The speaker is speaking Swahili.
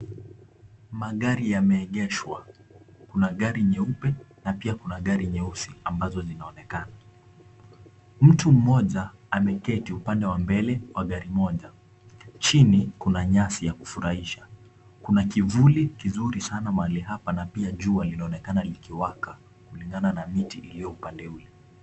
Magari yameegeshwa. Kuna gari nyeupe na pia kuna gari nyeusi ambazo zinaonekana. Mtu mmoja ameketi upande wa mbele wa gari moja. Chini kuna nyasi ya kufurahisha. Kuna kivuli kizuri sana mahali hapa na pia jua linaonekana likiwaka kulingana na miti iliyo upande huo.